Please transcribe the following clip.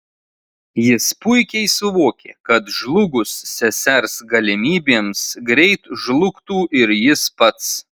jis puikiai suvokė kad žlugus sesers galimybėms greit žlugtų ir jis pats